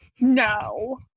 No